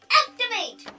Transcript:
activate